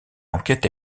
enquête